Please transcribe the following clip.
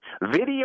video